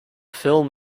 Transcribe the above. film